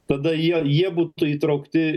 tada jie jie būtų įtraukti